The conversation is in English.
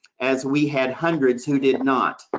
as we had hundreds who did not.